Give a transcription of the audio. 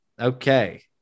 okay